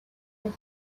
with